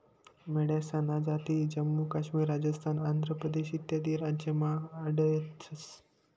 मेंढ्यासन्या जाती जम्मू काश्मीर, राजस्थान, आंध्र प्रदेश इत्यादी राज्यमा आढयतंस